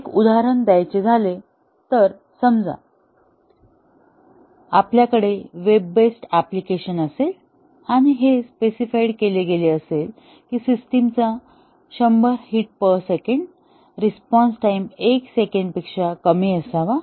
एक उदाहरण द्यायचे झाले तर समजा आपल्या कडे वेब बेस्ड अप्लिकेशन असेल आणि हे स्पेसिफाइड केले गेले असेल की सिस्टिमचा 100 hit per second response time 1 सेकंदापेक्षा कमी असावा